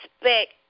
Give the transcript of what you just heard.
expect